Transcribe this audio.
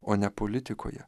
o ne politikoje